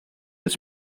its